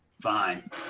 Fine